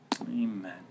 Amen